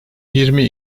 yirmi